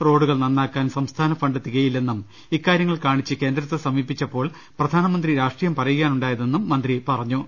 റോഡുകൾ നന്നാക്കാൻ സംസ്ഥാന ഫണ്ട് തികയില്ലെന്നും ഇക്കാര്യങ്ങൾ കാണിച്ച് കേന്ദ്രത്തെ സമീപിച്ചപ്പോൾ പ്രധാനമന്ത്രി രാഷ്ട്രീയം പറ യുകയാണുണ്ടായതെന്നും മന്ത്രി വൃക്തമാക്കി